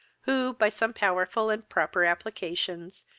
who, by some powerful and proper applications,